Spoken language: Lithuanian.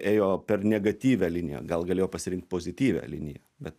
ėjo per negatyvią liniją gal galėjo pasirinkt pozityvią liniją bet